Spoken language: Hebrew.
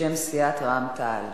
בשם סיעת רע"ם-תע"ל